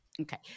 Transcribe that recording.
Okay